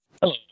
Hello